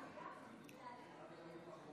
בבקשה,